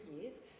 years